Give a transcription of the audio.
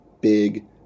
big